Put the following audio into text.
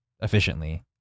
efficiently